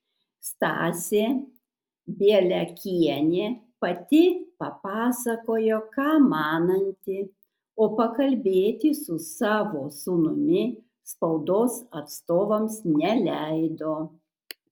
stasė bieliakienė pati papasakojo ką mananti o pakalbėti su savo sūnumi spaudos atstovams neleido